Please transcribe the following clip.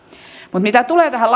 mutta mitä tulee tähän